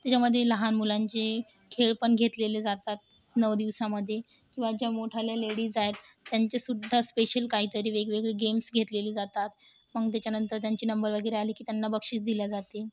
त्याच्यामध्ये लहान मुलांचे खेळ पण घेतले जातात नऊ दिवसामध्ये किंवा ज्या मोठाल्या लेडीज आहेत त्यांचेसुद्धा स्पेशल काहीतरी वेगवेगळे गेम्स घेतलेले जातात मग त्याच्यानंतर त्यांचे नंबर वगैरे आले की त्यांना बक्षिस दिलं जाते